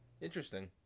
Interesting